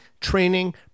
training